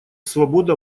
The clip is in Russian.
свобода